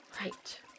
Right